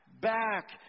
back